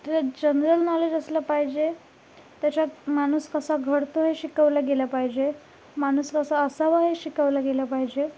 general knowledge असलं पाहिजे त्याच्यात माणूस कसा घडतो हे शिकवलं गेलं पाहिजे माणूस कसा असावा हे शिकवलं गेलं पाहिजे